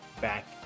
back